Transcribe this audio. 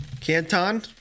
Canton